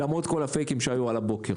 למרות כל הפייקים שהיו על הבוקר.